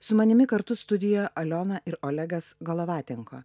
su manimi kartu studijoje aliona ir olegas galavatenko